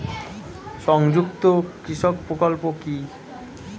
সংযুক্ত কৃষক প্রকল্প কি?